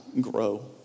grow